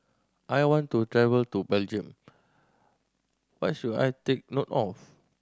I want to travel to Belgium what should I take note of